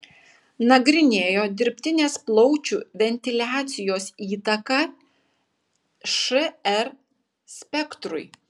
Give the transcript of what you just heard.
nagrinėjo dirbtinės plaučių ventiliacijos įtaką šr spektrui